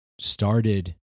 started